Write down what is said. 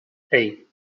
hey